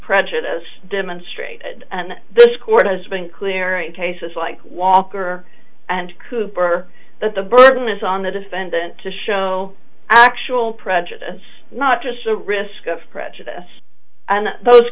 prejudice demonstrated this court has been clear in cases like walker and cooper that the burden is on the defendant to show actual prejudice not just the risk of prejudice and those